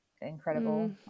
incredible